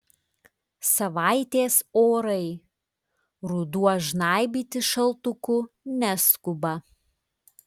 savaitės orai ruduo žnaibytis šaltuku neskuba